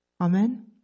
Amen